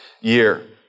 year